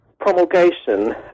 Promulgation